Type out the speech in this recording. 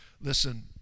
Listen